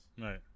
right